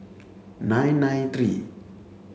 nine nine three